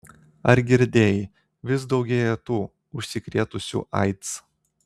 ar girdėjai vis daugėja tų užsikrėtusių aids